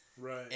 Right